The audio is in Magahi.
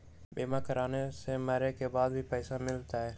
बीमा कराने से मरे के बाद भी पईसा मिलहई?